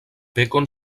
pekon